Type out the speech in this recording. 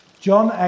John